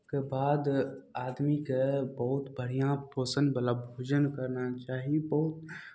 के बाद आदमीकेँ बहुत बढ़िआँ पोषणवला भोजन करना चाही बहुत